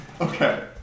Okay